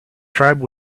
tribe